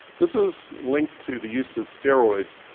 this is linked to the use of steroids